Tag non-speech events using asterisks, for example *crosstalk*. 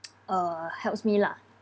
*noise* uh helps me lah